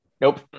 Nope